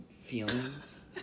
feelings